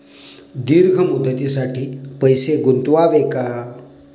दीर्घ मुदतीसाठी पैसे गुंतवावे का?